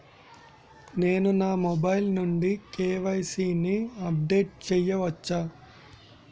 నేను నా మొబైల్ నుండి కే.వై.సీ ని అప్డేట్ చేయవచ్చా?